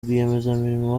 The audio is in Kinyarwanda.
rwiyemezamirimo